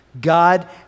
God